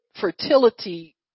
fertility